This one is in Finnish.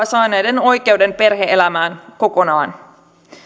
saaneiden oikeuden perhe elämään kokonaan